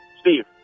Steve